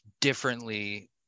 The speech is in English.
differently